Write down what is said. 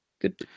good